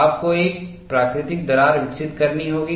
आपको एक प्राकृतिक दरार विकसित करनी होगी